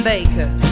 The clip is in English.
Baker